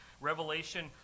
Revelation